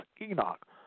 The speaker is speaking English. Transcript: Enoch